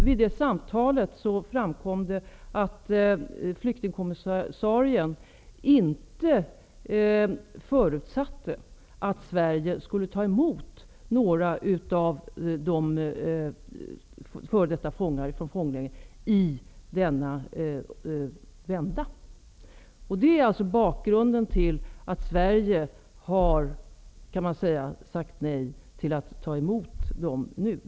Vid detta samtal framkom det att flyktingkommissarien inte förutsatte att Sverige denna omgång skulle ta emot några f.d. fångar från fånglägren. Detta är bakgrunden till att Sverige har sagt nej till att nu ta emot f.d. fångar.